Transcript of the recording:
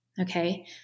Okay